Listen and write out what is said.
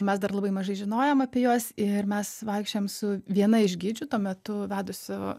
mes dar labai mažai žinojom apie juos ir mes vaikščiojom su viena iš gidžių tuo metu vedusių